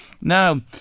Now